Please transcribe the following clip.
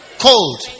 cold